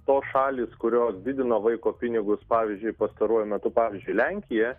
tos šalys kurios didino vaiko pinigus pavyzdžiui pastaruoju metu pavyzdžiui lenkija